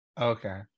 Okay